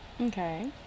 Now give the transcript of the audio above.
Okay